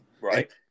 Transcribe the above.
Right